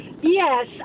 Yes